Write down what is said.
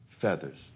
feathers